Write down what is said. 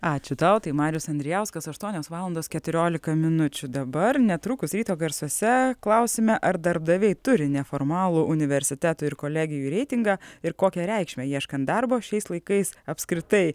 ačiū tau tai marius andrijauskas aštuonios valandos keturiolika minučių dabar netrukus ryto garsuose klausime ar darbdaviai turi neformalų universitetų ir kolegijų reitingą ir kokią reikšmę ieškant darbo šiais laikais apskritai